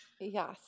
Yes